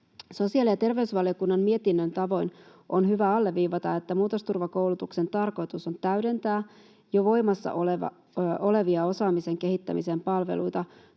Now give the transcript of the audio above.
Sosiaali- ja terveysvaliokunnan mietinnön tavoin on hyvä alleviivata, että muutosturvakoulutuksen tarkoitus on täydentää jo voimassa olevia osaamisen kehittämisen palveluita,